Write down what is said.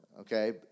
Okay